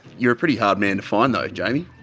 you're a pretty hard man to find, though, jamie.